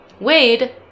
Wade